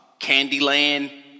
Candyland